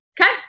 Okay